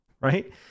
Right